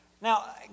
Now